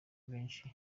benshi